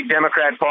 Democrat